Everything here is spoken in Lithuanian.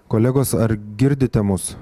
kolegos ar girdite mus